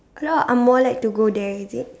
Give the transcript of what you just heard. a lot of angmoh like to go there is it